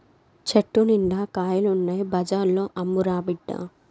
చెట్టు నిండా కాయలు ఉన్నాయి బజార్లో అమ్మురా బిడ్డా